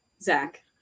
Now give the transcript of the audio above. zach